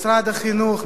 משרד החינוך,